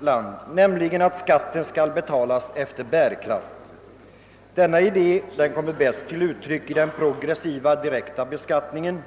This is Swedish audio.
land, nämligen att skatten skall betalas efter bärkraft. Denna idé kommer bäst till uttryck i den progressiva direkta beskattningen.